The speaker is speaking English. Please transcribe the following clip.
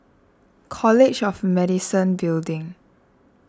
College of Medicine Building